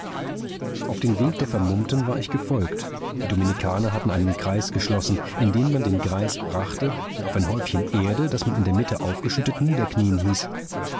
auf den wink der vermummten war ich gefolgt die dominikaner hatten einen kreis geschlossen in den man den greis brachte und auf ein häufchen erde das man in der mitte aufgeschüttet niederknien hieß